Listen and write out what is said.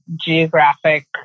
geographic